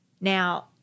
Now